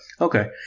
Okay